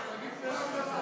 נגד החוק.